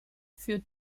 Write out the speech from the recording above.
für